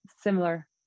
similar